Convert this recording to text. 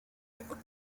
ole